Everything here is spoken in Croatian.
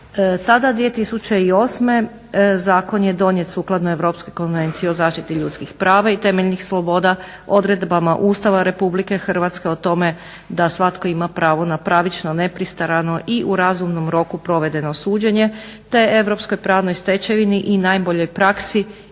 Tada 2008.zakon je donijet sukladno EU konvenciji o zaštiti ljudskih prava i temeljnih sloboda, odredbama Ustava RH o tome da svatko ima pravo na pravično, nepristrano i u razumnom roku provedeno suđenje te europskoj pravnoj stečevini i najboljoj praksi